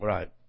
Right